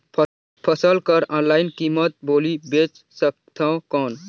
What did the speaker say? फसल कर ऑनलाइन कीमत बोली बेच सकथव कौन?